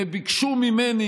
וביקשו ממני,